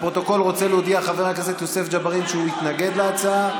לפרוטוקול רוצה להודיע חבר הכנסת יוסף ג'בארין שהוא התנגד להצעה,